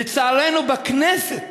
לצערנו, בכנסת